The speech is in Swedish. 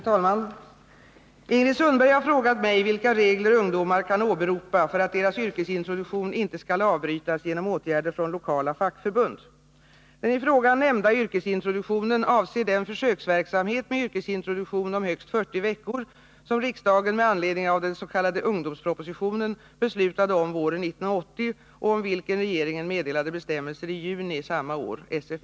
Herr talman! Ingrid Sundberg har frågat mig vilka regler ungdomar kan åberopa för att deras yrkesintroduktion inte skall avbrytas genom åtgärder från lokala fackförbund. Den i frågan nämnda yrkesintroduktionen avser den försöksverksamhet med yrkesintroduktion om högst 40 veckor som riksdagen med anledning av den s.k. ungdomspropositionen beslutade om våren 1980 och om vilken regeringen meddelade bestämmelser i juni samma år .